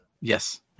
Yes